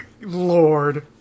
Lord